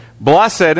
Blessed